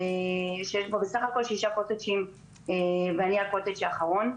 שיש שבו בסך הכול שישה קוטג'ים ואני הקוטג' האחרון.